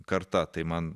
karta tai man